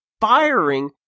firing